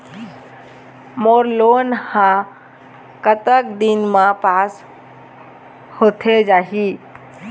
मोर loan हा कतक दिन मा पास होथे जाही?